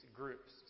groups